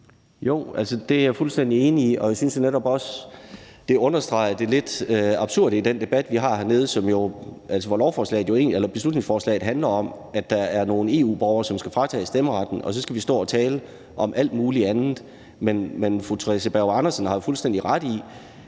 Jo, det er jeg fuldstændig enig i. Og jeg synes netop også, at det understreger det lidt absurde i den debat, vi har hernede, hvor beslutningsforslaget jo handler om, at der er nogle EU-borgere, der skal fratages stemmeretten, og så skal vi stå og tale om alt muligt andet. Men fru Theresa Berg Andersen har fuldstændig ret i,